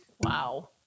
Wow